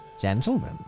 Gentlemen